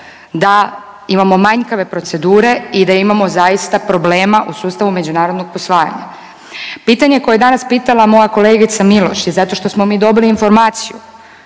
da imamo manjkave procedure i da imamo zaista problema u sustavu međunarodnog posvajanja. Pitanje koje je danas pitala moja kolegica Miloš je zato što smo mi dobili informaciju,